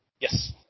Yes